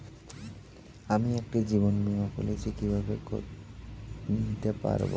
আমি একটি জীবন বীমা পলিসি কিভাবে কিনতে পারি?